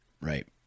Right